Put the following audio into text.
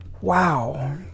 Wow